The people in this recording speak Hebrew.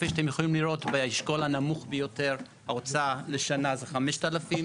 כפי שאתם יכולים לראות באשכול הנמוך ביותר ההוצאה לשנה היא 5,500,